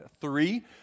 three